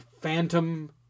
Phantom